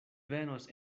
venos